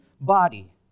body